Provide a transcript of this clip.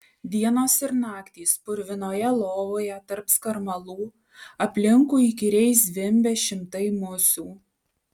dienos ir naktys purvinoje lovoje tarp skarmalų aplinkui įkyriai zvimbia šimtai musių